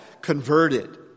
converted